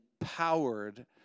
empowered